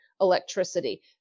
electricity